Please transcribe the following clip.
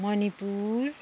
Manipur